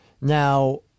Now